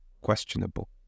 questionable